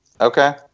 Okay